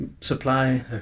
supply